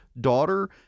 daughter